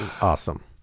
awesome